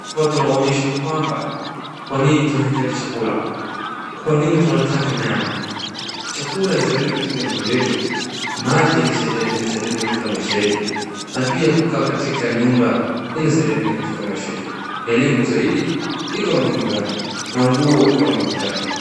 Hapa tunaonyeshwa kwamba kwa nini tunahitaji chakula kwa nini tunataka nyama. Chakula inasaidia nini katika mwili yetu? Maji inasaidia nini katika maisha yetu?na pia kukaa katika nyumba inasaidia nini katika maisha yetu? Elimu zaidi iko na umuhimu gani na nguo iko na umuhimu gani?